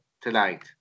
tonight